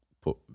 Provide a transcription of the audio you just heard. put